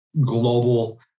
global